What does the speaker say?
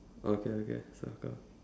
okay okay circle